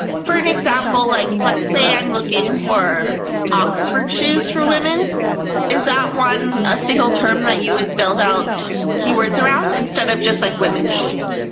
for an example like let's say i'm looking for oxford shoes for women is that one a single term that you would build out keywords around and set up just like women's shoes?